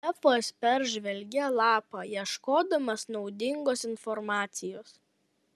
efas peržvelgė lapą ieškodamas naudingos informacijos